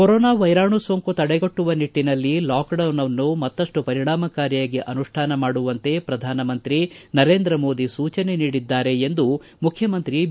corona ವೈರಾಣು ಸೋಂಕು ತಡೆಗಟ್ಟುವ ನಿಟ್ಟಿನಲ್ಲಿ ಲಾಕ್ಡೌನ್ ಅನ್ನು ಮತ್ತಪ್ಟು ಪರಿಣಾಕಾರಿಯಾಗಿ ಅನುಷ್ಠಾನ ಮಾಡುವಂತೆ ಪ್ರಧಾನಮಂತ್ರಿ ನರೇಂದ್ರ ಮೋದಿ ಸೂಚನೆ ನೀಡಿದ್ದಾರೆ ಎಂದು ಮುಖ್ಯಮಂತ್ರಿ ಬಿ